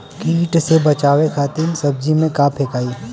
कीट से बचावे खातिन सब्जी में का फेकाई?